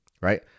right